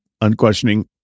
unquestioning